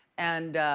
and